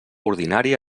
ordinària